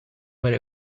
where